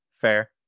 fair